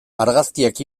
argazkiak